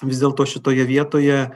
vis dėlto šitoje vietoje